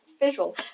visual